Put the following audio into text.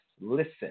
listen